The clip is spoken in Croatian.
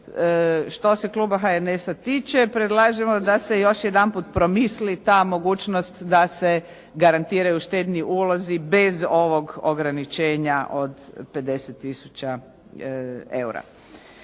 što se kluba HNS-a tiče predlažemo da se još jedanput promisli ta mogućnost da se garantiraju štedni ulozi bez ovog ograničenja od 50 tisuća eura.